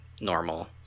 normal